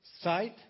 site